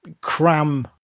cram